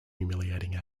humiliating